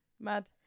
Mad